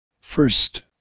first